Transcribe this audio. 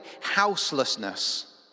houselessness